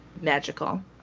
magical